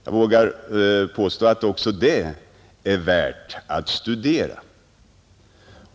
Jag vågar påstå att också det är värt att studera.